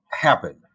happen